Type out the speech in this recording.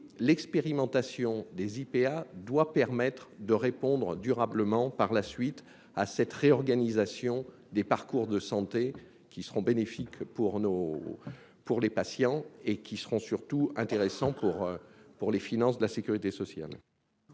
l'expérimentation des IPA doit permettre de répondre durablement par la suite à cette réorganisation des parcours de santé qui seront bénéfiques pour nos pour les patients et qui seront surtout intéressants pour pour les finances de la Sécurité sociale.